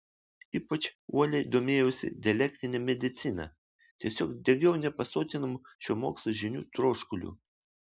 ypač uoliai domėjausi dialektine medicina tiesiog degiau nepasotinamu šio mokslo žinių troškuliu